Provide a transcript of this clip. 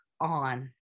on